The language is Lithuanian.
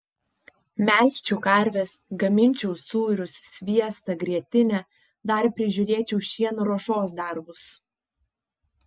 melžčiau karves gaminčiau sūrius sviestą grietinę dar prižiūrėčiau šieno ruošos darbus